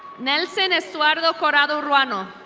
nelson eduardo coradoreno.